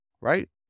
Right